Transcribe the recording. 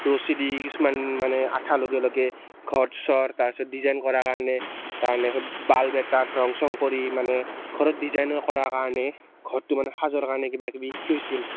ৰচি দি কিছুমান মানে আঠা লগে লগে ঘৰ চৰ তাৰ পাছত ডিজাইন কৰাৰ কাৰণে তাৰ নেক্সট বাল্ব এটাত ৰং চং কৰি মানে ঘৰত ডিজাইনৰ কৰাৰ কাৰণে ঘৰটো মানে সজোৱাৰ কাৰণে কিবা কিবি শিকাইছিল